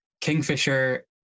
Kingfisher